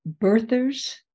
birthers